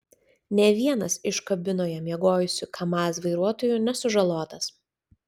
nė vienas iš kabinoje miegojusių kamaz vairuotojų nesužalotas